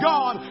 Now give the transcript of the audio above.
God